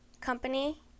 company